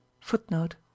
Footnote